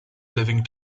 living